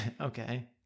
okay